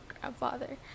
grandfather